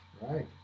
Right